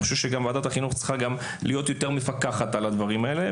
אני חושב שוועדת החינוך צריכה לפקח יותר על הדברים האלה,